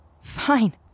Fine